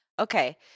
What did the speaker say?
Okay